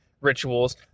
rituals